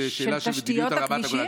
זו שאלה של מדיניות על רמת הגולן.